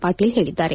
ಪಾಟೀಲ್ ಹೇಳಿದ್ದಾರೆ